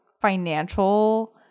financial